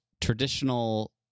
traditional